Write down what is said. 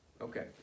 Okay